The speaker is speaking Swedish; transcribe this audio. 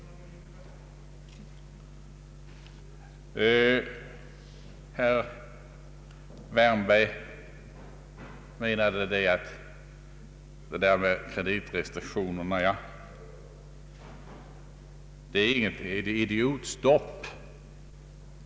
Herr Wärnberg menade att kreditrestriktionerna inte innebär något idiotstopp.